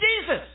Jesus